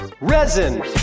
Resin